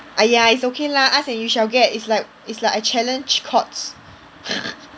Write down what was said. !aiya! it's okay lah ask and you shall get it's like it's like I challenge Courts